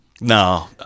No